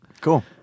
Cool